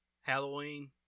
Halloween